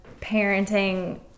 parenting